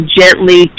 gently